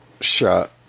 shot